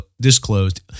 disclosed